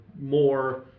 more